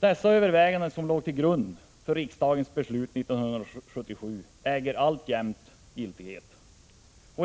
De överväganden som låg till grund för riksdagsbeslutet 1977 äger alltjämt giltighet.